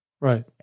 Right